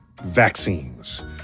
Vaccines